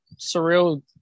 surreal